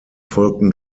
folgten